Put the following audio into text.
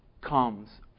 comes